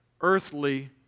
earthly